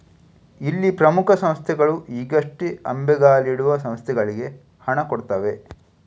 ಇಲ್ಲಿ ಪ್ರಮುಖ ಸಂಸ್ಥೆಗಳು ಈಗಷ್ಟೇ ಅಂಬೆಗಾಲಿಡುವ ಸಂಸ್ಥೆಗಳಿಗೆ ಹಣ ಕೊಡ್ತವೆ